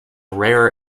rarer